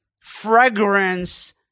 fragrance